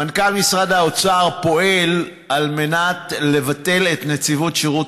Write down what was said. מנכ"ל משרד האוצר פועל על מנת לבטל את נציבות שירות